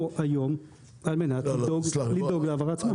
היום על מנת לדאוג להעברת --- לא סלח לי,